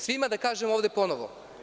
Svima da kažem ovde ponovo.